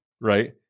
right